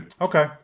Okay